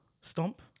Stomp